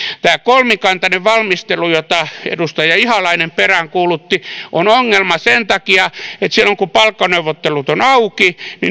tämä kolmikantainen valmistelu jota edustaja ihalainen peräänkuulutti on ongelma sen takia että silloin kun palkkaneuvottelut ovat auki